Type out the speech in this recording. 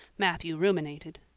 matthew ruminated.